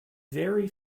very